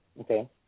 okay